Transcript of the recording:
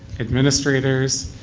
administrators,